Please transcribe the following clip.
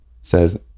Says